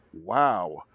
wow